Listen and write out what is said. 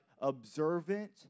observant